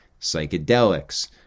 psychedelics